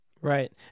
Right